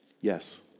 yes